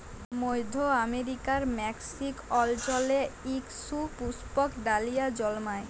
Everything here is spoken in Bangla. মইধ্য আমেরিকার মেক্সিক অল্চলে ইক সুপুস্পক ডালিয়া জল্মায়